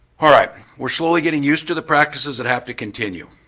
all right. we're slowly getting used to the practices that have to continue.